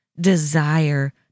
desire